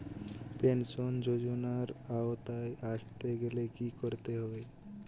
Pension যজোনার আওতায় আসতে গেলে কি করতে হবে?